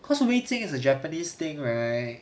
cause 有味精 is a japanese thing right